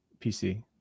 pc